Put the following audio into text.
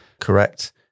correct